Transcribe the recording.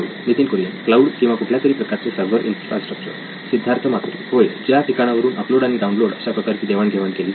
Nitin Kurian cloud किंवा कुठल्यातरी प्रकारचे सर्व्हर इन्फ्रास्ट्रक्चर सिद्धार्थ मातुरी होय ज्या ठिकाणावरून अपलोड आणि डाउनलोड अशा प्रकारची देवाण घेवाण केली जाईल